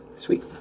Sweet